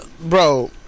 bro